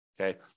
Okay